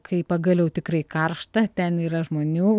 kai pagaliau tikrai karšta ten yra žmonių